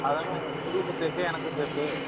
அதானே உங்களுக்கும் சேஃப்பு எனக்கும் சேஃப்பு